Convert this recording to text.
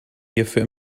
hierfür